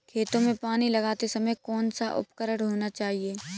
खेतों में पानी लगाते समय कौन सा उपकरण होना चाहिए?